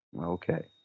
Okay